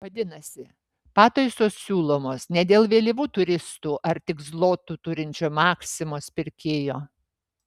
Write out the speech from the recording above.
vadinasi pataisos siūlomos ne dėl vėlyvų turistų ar tik zlotų turinčio maksimos pirkėjo